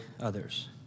others